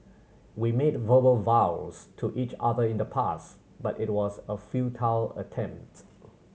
we made verbal vows to each other in the past but it was a futile attempt